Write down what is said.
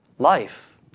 Life